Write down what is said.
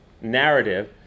narrative